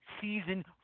season